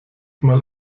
mal